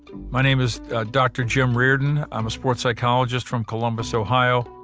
my name is dr. jim reardon um a sports psychologist from columbus, ohio